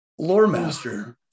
Loremaster